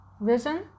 vision